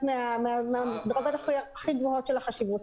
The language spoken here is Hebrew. ברמות הכי גבוהות של החשיבות.